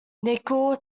nickel